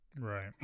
right